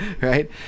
Right